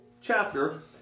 chapter